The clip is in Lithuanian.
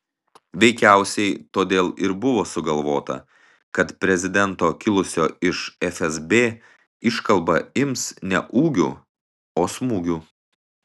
veikiausiai todėl ir buvo sugalvota kad prezidento kilusio iš fsb iškalba ims ne ūgiu o smūgiu